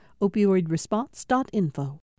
Opioidresponse.info